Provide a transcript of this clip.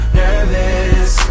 nervous